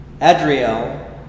Adriel